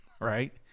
right